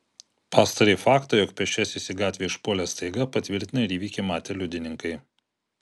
pastarąjį faktą jog pėsčiasis į gatvę išpuolė staiga patvirtina ir įvykį matę liudininkai